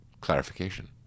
clarification